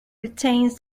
retains